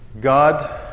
God